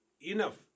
enough